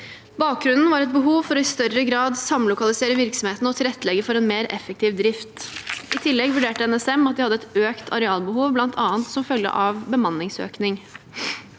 Bakgrunnen var et behov for i større grad å samlokalisere virksomheten og tilrettelegge for en mer effektiv drift. I tillegg vurderte NSM at de hadde et økt arealbehov, bl.a. som følge av bemanningsøkning.